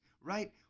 right